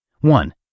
One